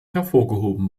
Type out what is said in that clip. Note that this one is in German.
hervorgehoben